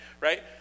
right